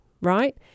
right